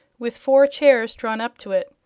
with four chairs drawn up to it.